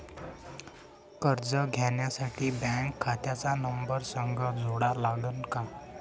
कर्ज घ्यासाठी बँक खात्याचा नंबर संग जोडा लागन का?